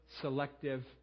selective